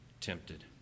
tempted